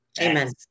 Amen